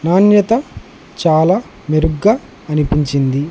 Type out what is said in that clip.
నాణ్యత చాలా మెరుగ్గా అనిపించింది